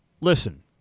listen